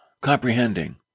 comprehending